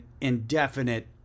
indefinite